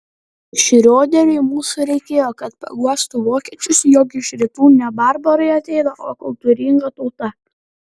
šrioderiui mūsų reikėjo kad paguostų vokiečius jog iš rytų ne barbarai ateina o kultūringa tauta